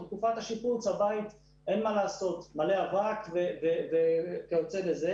בתקופת השיפוץ מלא אבק וכיוצא בזה.